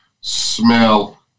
smell